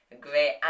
great